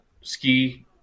ski